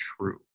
true